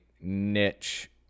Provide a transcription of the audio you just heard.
niche